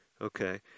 Okay